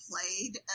played